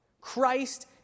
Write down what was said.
Christ